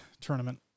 tournament